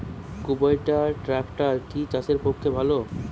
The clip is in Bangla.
কুবটার ট্রাকটার কি চাষের পক্ষে ভালো?